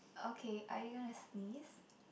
okay are you gonna sneeze